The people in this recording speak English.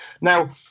Now